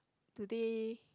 do they